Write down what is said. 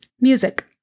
Music